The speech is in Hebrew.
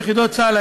של יחידות צה"ל,